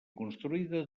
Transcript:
construïda